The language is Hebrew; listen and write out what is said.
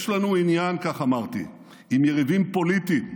"יש לנו עניין", כך אמרתי, "עם יריבים פוליטיים,